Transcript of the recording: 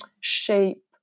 shape